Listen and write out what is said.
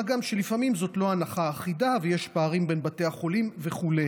מה גם שלפעמים זאת לא הנחה אחידה ויש פערים בין בתי החולים וכו'.